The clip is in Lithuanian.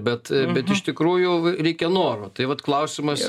bet bet iš tikrųjų reikia noro tai vat klausimas yra